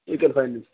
ఇకర్ finance